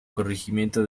corregimiento